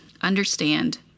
understand